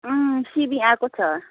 अँ सिमी आएको छ